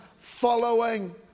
following